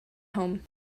home